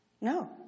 No